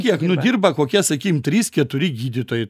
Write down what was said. kiek nu dirba kokie sakykim trys keturi gydytojai